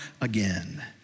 again